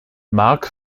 mark